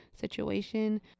situation